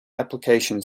application